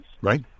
right